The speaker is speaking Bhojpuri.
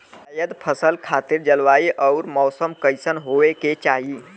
जायद फसल खातिर जलवायु अउर मौसम कइसन होवे के चाही?